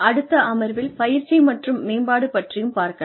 அடுத்த அமர்வில் பயிற்சி மற்றும் மேம்பாடு பற்றியும் பார்க்கலாம்